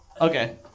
Okay